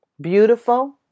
beautiful